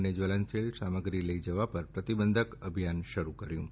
અને જ્વલનશીલ સામગ્રી લઇ જવા પર પ્રતિબંધક અભિયાન શરૂ કર્યું છે